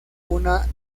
una